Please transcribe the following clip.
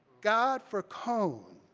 god, for cone,